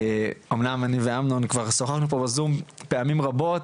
אומנם אני ואמנון כבר שוחחנו פה בזום פעמים רבות,